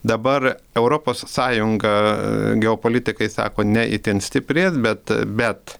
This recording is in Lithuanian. dabar europos sąjunga geopolitikai sako ne itin stiprės bet bet